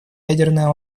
ядерным